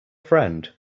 friend